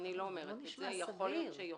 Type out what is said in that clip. זה לא נשמע סביר.